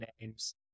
names